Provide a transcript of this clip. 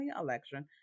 election